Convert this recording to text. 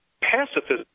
pacifism